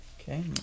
Okay